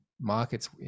markets